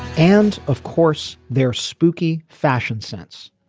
and of course their spooky fashion sense.